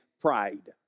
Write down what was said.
pride